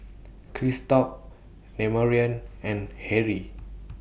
Christop Demarion and Harry